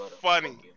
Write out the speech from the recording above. funny